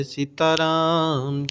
Sitaram